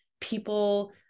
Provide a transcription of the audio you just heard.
people